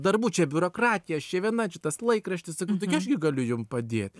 darbų čia biurokratijos aš čia viena čia tas laikraštis sakau taigi aš gi galiu jum padėt